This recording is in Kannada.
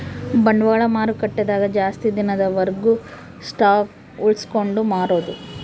ಬಂಡವಾಳ ಮಾರುಕಟ್ಟೆ ದಾಗ ಜಾಸ್ತಿ ದಿನದ ವರ್ಗು ಸ್ಟಾಕ್ಷ್ ಉಳ್ಸ್ಕೊಂಡ್ ಮಾರೊದು